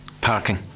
parking